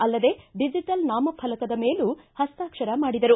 ಅಲ್ಲದೆ ಡಿಜಿಟಲ್ ನಾಮ ಫಲಕದ ಮೇಲೂ ಪಸ್ತಾಕ್ಷರ ಮಾಡಿದರು